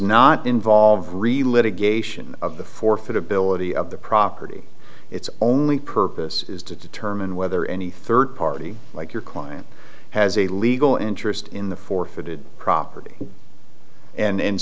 not involve re litigation of the forfeit ability of the property its only purpose is to determine whether any third party like your client has a legal interest in the forfeited property and